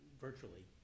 virtually